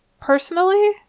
Personally